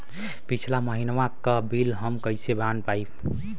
पिछला महिनवा क बिल हम कईसे जान पाइब?